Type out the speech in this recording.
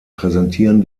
präsentieren